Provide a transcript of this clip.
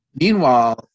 Meanwhile